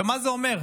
אבל מה זה אומר?